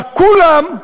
אבל כולם,